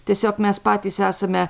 tiesiog mes patys esame